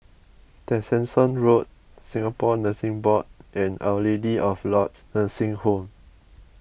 Tessensohn Road Singapore Nursing Board and Our Lady of Lourdes Nursing Home